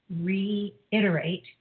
reiterate